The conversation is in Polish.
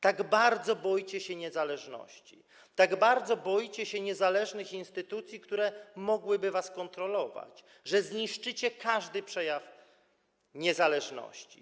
Tak bardzo boicie się niezależności, tak bardzo boicie się niezależnych instytucji, które mogłyby was kontrolować, że zniszczycie każdy przejaw niezależności.